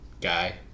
guy